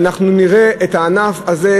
ואנחנו נראה את הענף הזה,